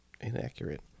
inaccurate